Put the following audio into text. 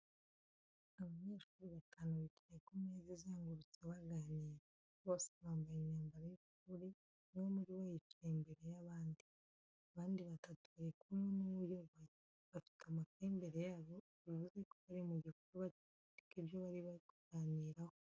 Abanyeshuri batanu bicaye ku meza izengurutse baganira. Bose bambaye imyambaro y’ishuri. Umwe muri bo yicaye imbere y’abandi. Abandi batatu bari kumwe n'uwo uyoboye, bafite amakayi imbere yabo, bivuze ko bari mu gikorwa cyo kwandika ibyo bari kuganiraho.